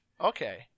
okay